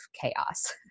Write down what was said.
chaos